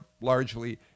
largely